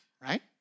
right